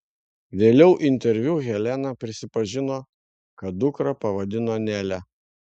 vėliau interviu helena prisipažino kad dukrą pavadino nele